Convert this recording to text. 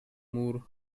moor